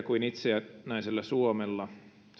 kuin itsenäisellä suomella